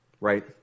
Right